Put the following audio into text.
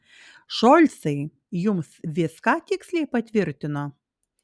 šolcai jums viską tiksliai patvirtino